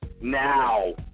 Now